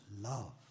love